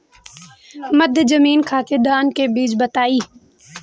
मध्य जमीन खातिर धान के बीज बताई?